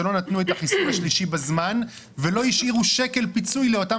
שלא נתנו את החיסון השלישי בזמן ולא השאירו שקל פיצוי לאותם